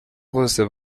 bose